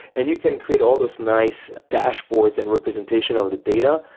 and you can create all those nice dashboards and representation of the data,